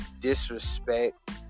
disrespect